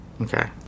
Okay